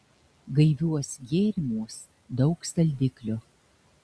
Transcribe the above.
gaiviuos gėrimuos daug saldiklio